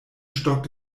stock